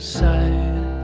side